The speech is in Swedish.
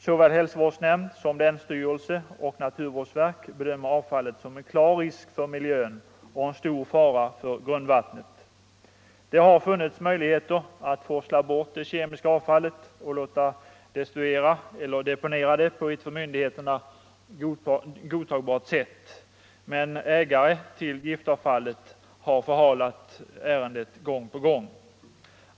Såväl hälsovårdsnämnd som länsstyrelse och naturvårdsverk bedömer avfallet som en klar risk för miljön och som en stor fara för grundvattnet. Det har funnits möjligheter att forsla bort det kemiska avfallet och låta destruera eller deponera det på ett för myndigheterna godtagbart sätt. Ägare till giftavfallet har emellertid förhalat ärendet gång på gång.